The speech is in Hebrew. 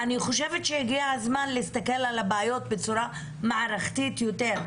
אני חושבת שהגיע הזמן להסתכל על הבעיות בצורה מערכתית יותר,